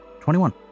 21